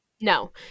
No